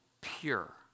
pure